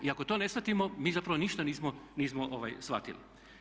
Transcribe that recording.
I ako to ne shvatimo mi zapravo ništa nismo shvatili.